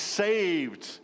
saved